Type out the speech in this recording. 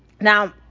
now